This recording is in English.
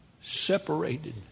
separated